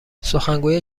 سخنگوی